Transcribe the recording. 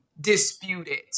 disputed